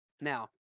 Now